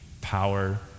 power